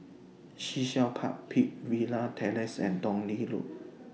Sea Shell Park Peakville Terrace and Tong Lee Road